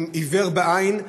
עיוור בעין,